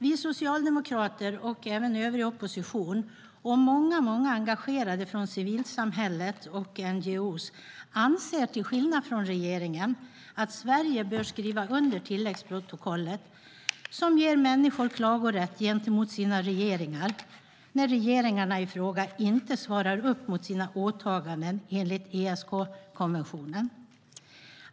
Vi socialdemokrater och övrig opposition och många engagerade från civilsamhället och NGO:er anser, till skillnad från regeringen, att Sverige bör skriva under tilläggsprotokollet som ger människor klagorätt gentemot sina regeringar när regeringarna i fråga inte svarar upp mot sina åtaganden enligt ESK-konventionen.